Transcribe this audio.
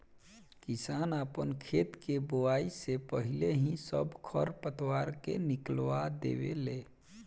किसान आपन खेत के बोआइ से पाहिले ही सब खर पतवार के निकलवा देवे ले